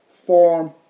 form